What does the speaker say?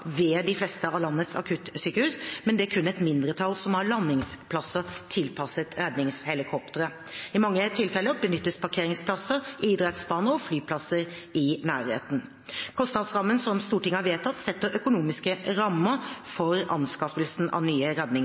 ved de fleste av landets akuttsykehus, men det er kun et mindre antall som har landingsplasser tilpasset redningshelikoptre. I mange tilfeller benyttes parkeringsplasser, idrettsbaner og flyplasser i nærheten. Kostnadsrammen som Stortinget har vedtatt, setter økonomiske rammer for anskaffelsen av nye